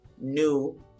new